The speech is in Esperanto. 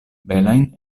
belajn